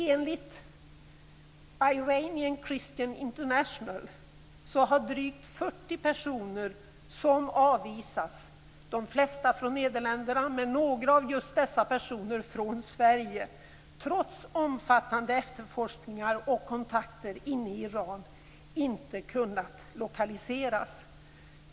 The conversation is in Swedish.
Enligt Iranian Christian International har drygt 40 personer som avvisats - de flesta från Nederländerna, men några av just dessa personer från Sverige - trots omfattande efterforskningar och kontakter inne i Iran, inte kunnat lokaliseras.